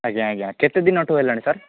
ଆଜ୍ଞା ଆଜ୍ଞା କେତେ ଦିନଠୁ ହେଲାଣି ସାର୍